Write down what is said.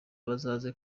bazaze